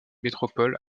métropole